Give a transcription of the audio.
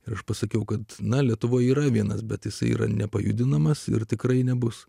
ir aš pasakiau kad na lietuvoje yra vienas bet jisai yra nepajudinamas ir tikrai nebus